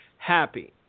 happy